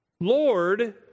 Lord